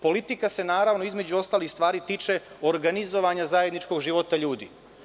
Politika se, naravno, između ostalih stvari, tiče organizovanja zajedničkog života ljudi.